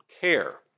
care